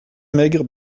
maigre